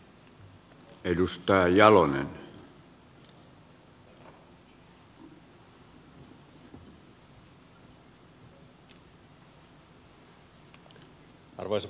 arvoisa puhemies